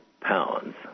pounds